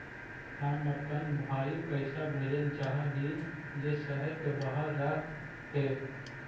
हम अपन भाई पैसा भेजल चाह हीं जे शहर के बाहर रह हे